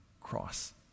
cross